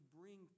bring